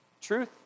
truth